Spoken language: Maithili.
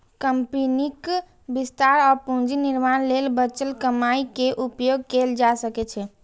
कंपनीक विस्तार और पूंजी निर्माण लेल बचल कमाइ के उपयोग कैल जा सकै छै